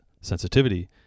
sensitivity